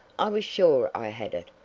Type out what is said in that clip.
i was sure i had it,